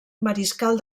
mariscal